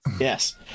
Yes